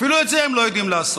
אפילו את זה הם לא יודעים לעשות.